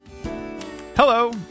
Hello